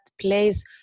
place